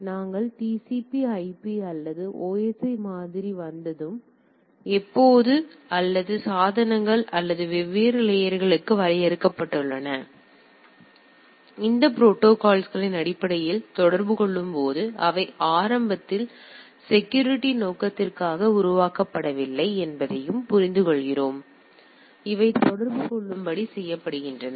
எனவே நாங்கள் TCP IP அல்லது OSI மாதிரி வந்ததும் எப்போது அல்லது சாதனங்கள் அல்லது வெவ்வேறு லேயர்களுக்கு வரையறுக்கப்பட்டுள்ள இந்த ப்ரோடோகால்ஸ்களின் அடிப்படையில் தொடர்பு கொள்ளும் போது அவை ஆரம்பத்தில் செக்யூரிட்டி நோக்கத்திற்காக உருவாக்கப்படவில்லை என்பதையும் புரிந்துகொள்கிறோம் அவை தொடர்பு கொள்ளும்படி செய்யப்படுகின்றன